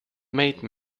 made